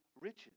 riches